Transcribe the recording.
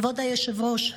כבוד היושב-ראש,